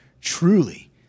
truly